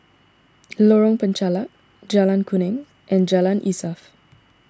Lorong Penchalak Jalan Kuning and Jalan Insaf